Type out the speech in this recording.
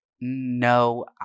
no